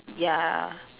ya